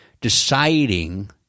deciding